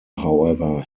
however